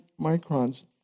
microns